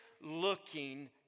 looking